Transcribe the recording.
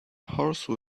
horse